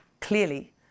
clearly